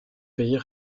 pays